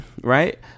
Right